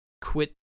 quit